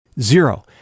Zero